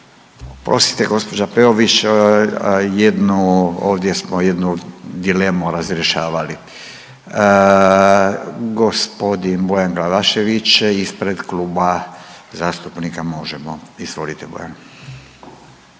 Oprostite gospođa Peović jednu, ovdje smo jednu dilemu razrješavali. Gospodin Bojan Glavašević ispred Kluba zastupnika Možemo. Izvolite Bojan.